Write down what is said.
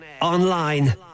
online